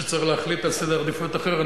שצריך להחליט על סדר עדיפויות אחר.